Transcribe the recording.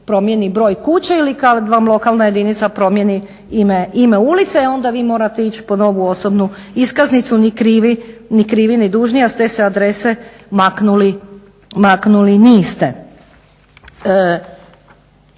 promijeni broj kuće ili kad vam lokalna jedinica promijeni ime ulice, e onda vi morate ići po novu osobnu iskaznicu ni krivi ni dužni, a s te se adrese maknuli niste.